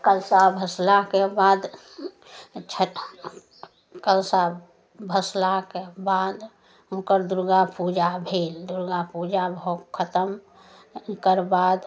कलशा भसलाके बाद कलशा भसलाके बाद हुनकर दुर्गा पूजा भेल दुर्गा पूजा भऽ खतम ओकर बाद